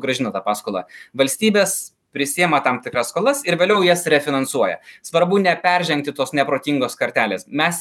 grąžina tą paskolą valstybės prisiima tam tikras skolas ir vėliau jas refinansuoja svarbu neperžengti tos neprotingos kartelės mes